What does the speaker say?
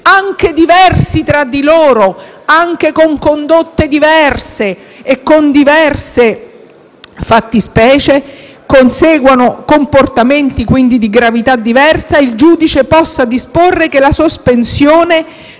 anche diversi tra di loro, anche con condotte diverse e con diverse fattispecie, quindi con comportamenti di gravità diversa, il giudice possa disporre che «la sospensione